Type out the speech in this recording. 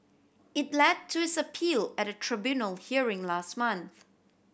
it led to his appeal at a tribunal hearing last month